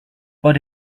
but